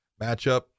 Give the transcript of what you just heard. matchup